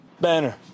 Banner